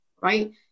right